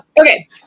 Okay